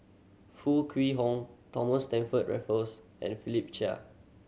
Foo Kwee Horng Thomas Stamford Raffles and Philip Chia